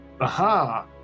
Aha